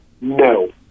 no